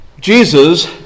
Jesus